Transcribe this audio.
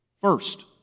First